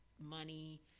money